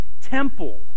temple